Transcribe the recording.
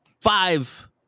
Five